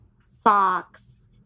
socks